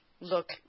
look